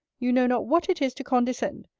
you know not what it is to condescend.